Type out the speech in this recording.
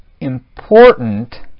important